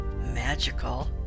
magical